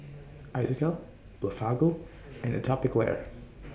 Isocal Blephagel and Atopiclair